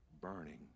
burning